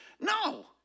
No